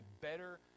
better